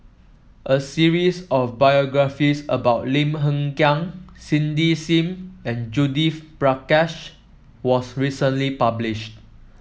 a series of biographies about Lim Hng Kiang Cindy Sim and Judith Prakash was recently published